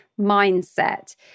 mindset